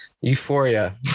Euphoria